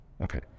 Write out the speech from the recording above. Okay